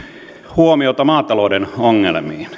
huomiota maatalouden ongelmiin